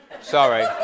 Sorry